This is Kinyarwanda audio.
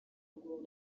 ngo